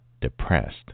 depressed